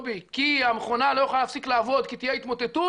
כי המכונה לא יכולה להפסיק לעבוד כי תהיה התמוטטות,